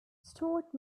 stuart